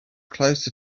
closer